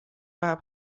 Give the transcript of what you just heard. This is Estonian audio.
läheb